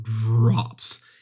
drops